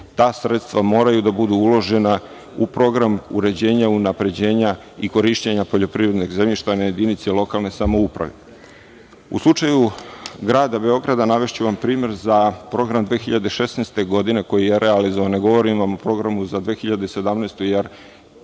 ta sredstva moraju da budu uložena u program uređenja, unapređenja i korišćenja poljoprivrednog zemljišta na jedinici lokalne samouprave.U slučaju Grada Beograda, navešću vam primer za program 2016. godine koji je realizovan, ne govorim vam o programu za 2017. godinu,